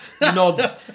nods